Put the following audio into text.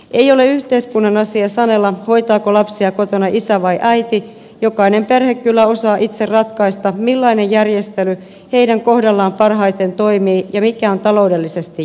ei ole yhteiskunnan asia sanella koittaako lapsia kotona isä vai aiti jokainen perhe kyllä osaa itse ratkaista millainen järjestely teiden kohdalla parhaiten toimi ja mikä on taloudellisesti